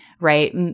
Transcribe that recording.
right